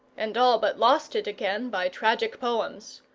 and all but lost it again by tragic poems.